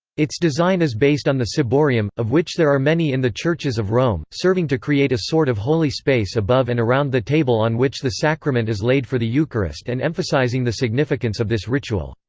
its design is based on the ciborium, of which there are many in the churches of rome, serving to create a sort of holy space above and around the table on which the sacrament is laid for the eucharist and emphasizing the significance of this ritual.